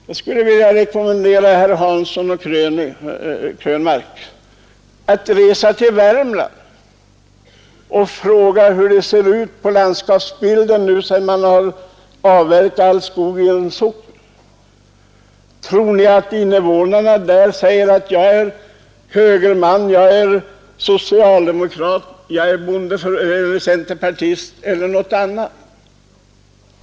Jag skulle vilja rekommendera herr Hansson i Skegrie och herr Krönmark att resa till Värmland och se hur landskapsbilden tar sig ut sedan man avverkat all skog i en socken. Tror ni att invånarna säger att jag är högerman, jag är socialdemokrat, jag är centerpartist eller något annat?